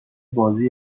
بازی